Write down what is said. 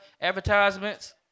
advertisements